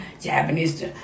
Japanese